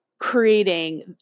creating